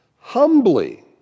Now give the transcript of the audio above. humbly